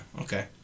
okay